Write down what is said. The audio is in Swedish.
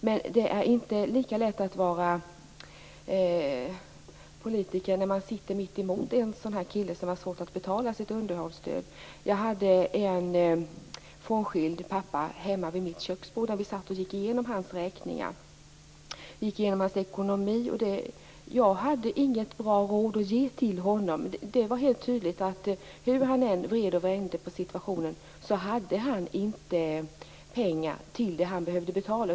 Men det är inte lätt att vara politiker när man sitter mitt emot en kille som har svårt att betala underhållsstöd. Jag hade en frånskild pappa hemma vid mitt köksbord, och vi satt och gick igenom hans ekonomi och räkningar. Jag hade inget bra råd att ge till honom. Hur han än vände och vred på situationen hade han inte pengar till att betala underhållet.